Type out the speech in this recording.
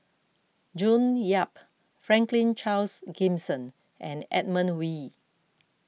June Yap Franklin Charles Gimson and Edmund Wee